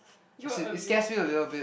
you were amused okay